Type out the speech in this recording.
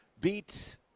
Beat